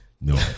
No